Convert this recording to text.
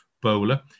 bowler